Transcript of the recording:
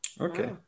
okay